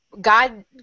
God